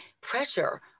pressure